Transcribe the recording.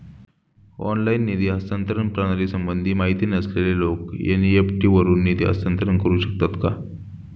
Online निधी हस्तांतरण प्रणालीसंबंधी माहिती नसलेले लोक एन.इ.एफ.टी वरून निधी हस्तांतरण करू शकतात का?